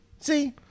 See